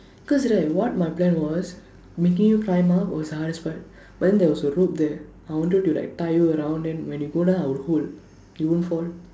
cause right what my plan was making you climb up was the hardest part but then there was a rope there I wanted to like tie you around than when you go down I will hold you won't fall